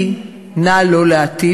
לי, נא לא להטיף.